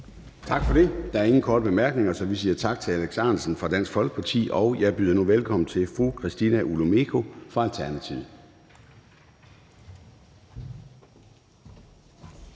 Tak for det. Der er ingen korte bemærkninger, så vi siger tak til hr. Alex Ahrendtsen fra Dansk Folkeparti. Jeg byder nu velkommen til fru Christina Olumeko fra Alternativet. Kl.